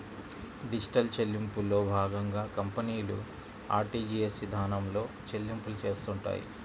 digital చెల్లింపుల్లో భాగంగా కంపెనీలు ఆర్టీజీయస్ ఇదానంలో చెల్లింపులు చేత్తుంటాయి